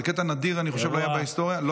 זה קטע נדיר בהיסטוריה, אני חושב.